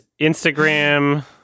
Instagram